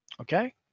Okay